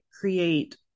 create